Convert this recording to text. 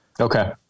Okay